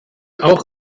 auch